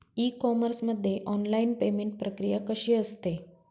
E commerce मध्ये online payment प्रक्रिया कशी असते?